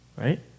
right